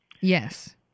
Yes